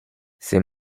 ces